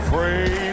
Pray